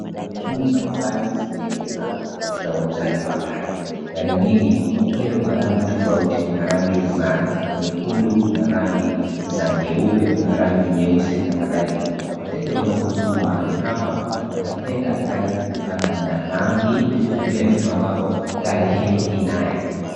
Kampuni mbalimbali zimeekeza katika uuzaji wa gari, gari nyingi hupendwa kwa rangi tofauti, kuna rangi za nyekundu, kuna rangi za nyeupe, kuna rangi nyeusi na kadhalika wateja wanapozuru mahali hapa watapenda gari kutokana na rangi na vile vitu ambavyo gari hiyo inayo.